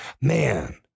Man